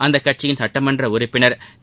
அக்கட்சியின் சுட்டமன்ற உறுப்பினர் திரு